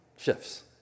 shifts